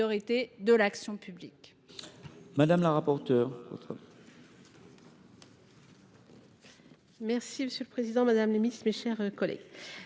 de l’action publique.